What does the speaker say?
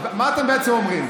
אז מה אתם בעצם אומרים?